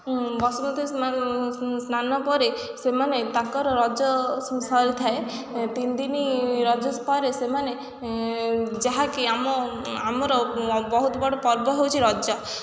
ବସୁମତି ସ୍ନାନ ପରେ ସେମାନେ ତାଙ୍କର ରଜ ସରି ଥାଏ ତିନି ଦିନି ରଜ ପରେ ସେମାନେ ଯାହାକି ଆମ ଆମର ବହୁତ ବଡ଼ ପର୍ବ ହେଉଛି ରଜ